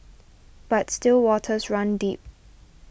but still waters run deep